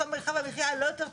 ששם מרחב המחיה לא יותר טוב,